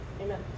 Amen